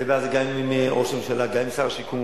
אני אדבר על זה גם עם ראש הממשלה וגם עם שר השיכון,